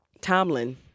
Tomlin